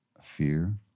fear